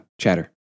chatter